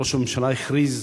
ראש הממשלה הכריז